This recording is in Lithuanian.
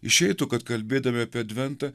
išeitų kad kalbėdami apie adventą